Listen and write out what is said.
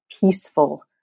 peaceful